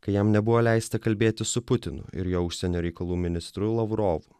kai jam nebuvo leista kalbėti su putinu ir jo užsienio reikalų ministru lavrovu